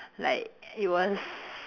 like it was